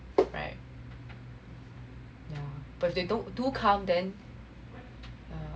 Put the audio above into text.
right yeah but if they don't do come then